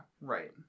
right